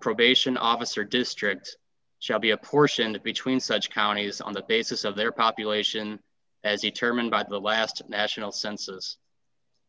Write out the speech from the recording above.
probation officer district shall be apportioned between such counties on the basis of their population as you term and by the last national census